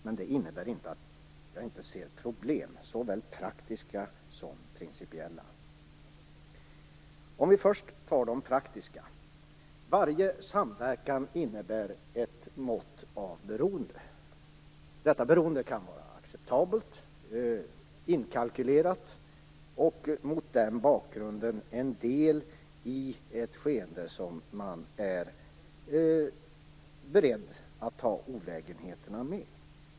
Men det innebär inte att jag inte ser problem, såväl praktiska som principiella. Låt oss först ta de praktiska problemen. Varje samverkan innebär ett mått av beroende. Detta beroende kan vara acceptabelt, inkalkylerat, och mot den bakgrunden en del i ett skeende som man är beredd att ta olägenheterna med.